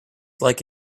like